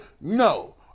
no